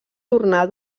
tornar